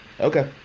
Okay